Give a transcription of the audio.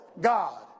God